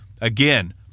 Again